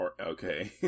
Okay